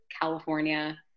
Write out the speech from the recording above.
California